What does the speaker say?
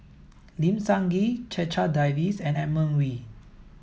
Lim Sun Gee Checha Davies and Edmund Wee